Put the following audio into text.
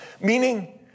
meaning